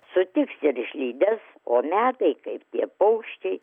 sutiks ir išlydės o metai kaip tie paukščiai